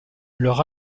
leur